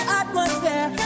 atmosphere